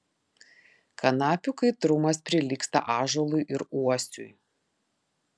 kanapių kaitrumas prilygsta ąžuolui ir uosiui